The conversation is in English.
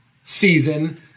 season